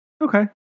Okay